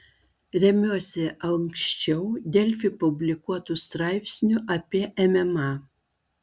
remiuosi ankščiau delfi publikuotu straipsniu apie mma